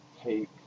take